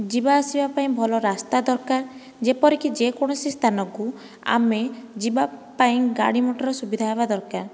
ଯିବା ଆସିବା ପାଇଁ ଭଲ ରାସ୍ତା ଦରକାର୍ ଯେପରି କି ଯେକୌଣସି ସ୍ଥାନକୁ ଆମେ ଯିବା ପାଇଁ ଗାଡ଼ି ମୋଟର୍ ସୁବିଧା ହେବା ଦରକାର